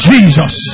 Jesus